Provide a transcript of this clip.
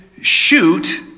shoot